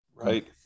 right